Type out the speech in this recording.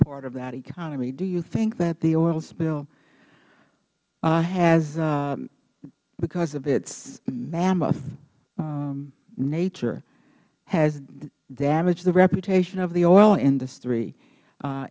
part of that economyh do you think that the oil spill has because of its mammoth nature has damaged the reputation of the oil industry